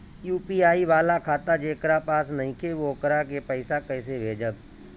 UPI वाला खाता जेकरा पास नईखे वोकरा के पईसा कैसे भेजब?